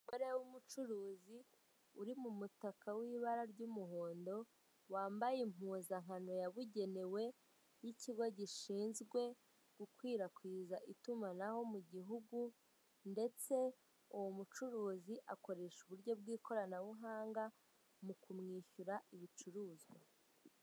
Umugore w'umucuruzi uri mu mutaka w'ibara ry'umuhondo, wambaye impuzankano yabugenewe y'ikigo gishinzwe gukwirakwiza itumanaho mu gihugu ndetse uwo mucuruzi akoresha uburyo bw'ikoranabuhanga mu kumwishyura ibicuruzwa.